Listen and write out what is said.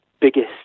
biggest